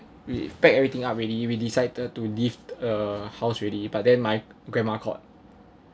we packed everything up already we decided to leave uh house already but then my grandma called